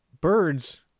birds